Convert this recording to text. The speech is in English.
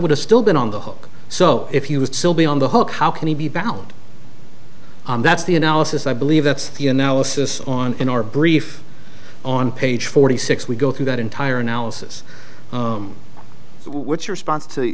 would have still been on the hook so if you would still be on the hook how can he be bound and that's the analysis i believe that's the analysis on in our brief on page forty six we go through that entire analysis which response to